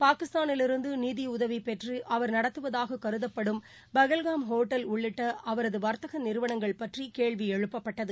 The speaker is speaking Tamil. பாகிஸ்தாளிலிருந்து நிதியுதவி பெற்று அவா் நடத்துவதாக கருதப்படும் பகல்காம் ஹோட்டல் உள்ளிட்ட அவரது வர்த்தக நிறுவனங்கள் பற்றி கேள்வி எழுப்பபட்டது